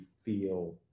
feel